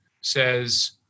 says